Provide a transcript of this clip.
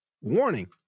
warning